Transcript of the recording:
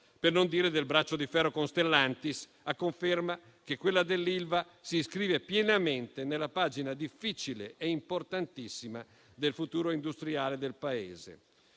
per non dire del braccio di ferro con Stellantis, a conferma che quella dell'Ilva si iscrive pienamente nella pagina difficile e importantissima del futuro industriale del Paese.